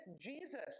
Jesus